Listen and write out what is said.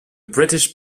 british